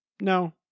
No